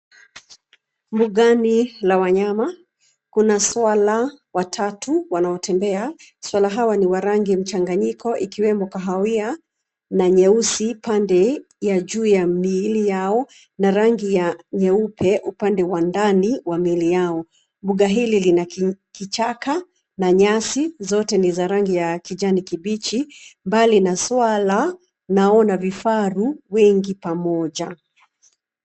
Mbugani la wanyama. Kuna swala watatu wanaotembea. Swala hawa ni wa rangi mchanganyiko ikiwemo kahawia na nyeusi pande ya juu ya miili yao na rangi ya nyeupe upande wa ndani wa miili yao. Mbuga hili lina kichaka na nyasi, zote ni za rangi ya kijani kibichi. Mbali na swala naona vifaru wengi pamoja.